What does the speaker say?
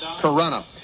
Corona